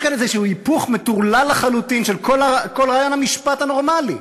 יש כאן איזשהו היפוך מטורלל לחלוטין של כל רעיון המשפט הנורמלי.